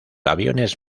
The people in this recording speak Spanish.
aviones